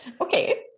okay